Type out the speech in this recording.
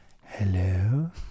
hello